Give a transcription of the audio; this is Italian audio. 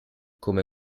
come